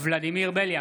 ולדימיר בליאק,